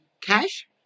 cash